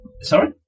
Sorry